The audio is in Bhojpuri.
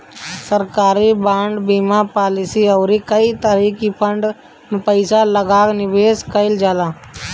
सरकारी बांड, बीमा पालिसी अउरी कई तरही के फंड में पईसा लगा के निवेश कईल जाला